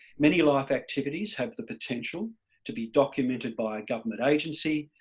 many life activities have the potential to be documented by a government agency,